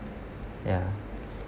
ya